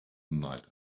night